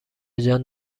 جان